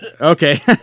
okay